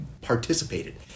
participated